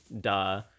duh